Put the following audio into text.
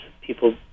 people